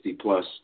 plus